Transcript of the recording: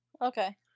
Okay